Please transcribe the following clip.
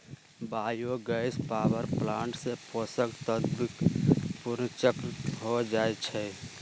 bio gas power plant से पोषक तत्वके पुनर्चक्रण हो जाइ छइ